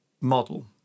model